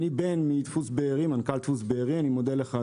אני מנכ"ל דפוס "בארי" ואני מודה לך,